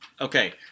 Okay